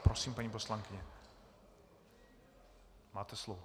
Prosím, paní poslankyně, máte slovo.